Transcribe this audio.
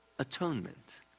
Atonement